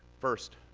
first,